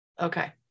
Okay